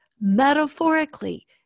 metaphorically